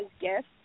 gifts